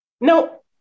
No